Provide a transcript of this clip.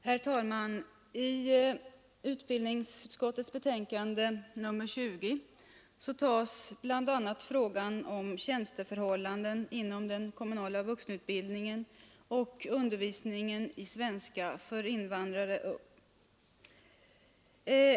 Herr talman! I utbildningsutskottets betänkande nr 20 tas bl, a. frågan om tjänsteförhållandena inom den kommunala vuxenutbildningen och undervisningen i svenska för invandrare upp.